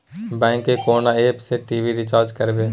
Bank के कोन app से टी.वी रिचार्ज करबे?